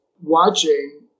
watching